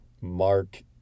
mark